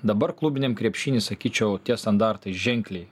dabar klubiniam krepšiny sakyčiau tie standartai ženkliai